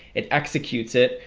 it executes it,